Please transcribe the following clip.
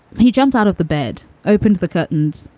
he jumped out of the bed, opened the curtains.